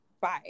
Bye